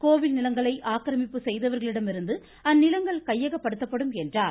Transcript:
கோவில் நிலங்களை ஆக்கிரமிப்பு செய்தவர்களிடமிருந்து அந்நிலங்கள் கையகப்படுத்தப்படும் என்றார்